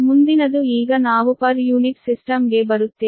ಮುಂದಿನದು ಈಗ ನಾವು ಪ್ರತಿ ಪರ್ ಯೂನಿಟ್ ಸಿಸ್ಟಮ್ ಗೆ ಬರುತ್ತೇವೆ